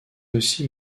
aussi